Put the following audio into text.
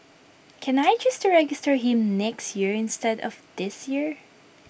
can I choose to register him next year instead of this year